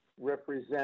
represent